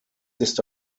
ist